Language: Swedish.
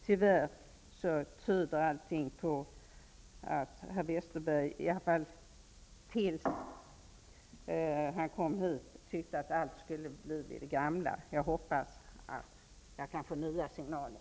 Tyvärr tyder allting på att herr Westerberg, åtminstone tills han kom hit, tycker att allt skall bli vid det gamla. Jag hoppas att jag kan få nya signaler.